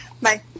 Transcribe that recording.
bye